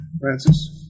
Francis